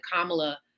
Kamala